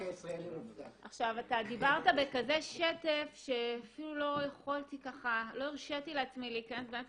אתה דיברת בכזה שטף שאפילו לא הרשיתי לעצמי להיכנס באמצע.